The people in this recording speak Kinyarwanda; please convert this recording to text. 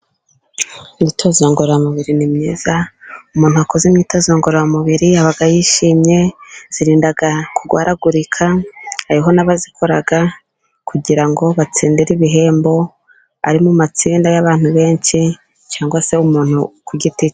Imyitozo ngororamubiri ni myiza umuntu wakoze imyitozo ngororamubiri aba yishimye irinda kurwaragurika hari n'abayikora kugira ngo batsindire ibihembo, ari mu matsinda y'abantu benshi cyangwa se umuntu ku giti cye.